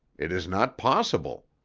it is not possible!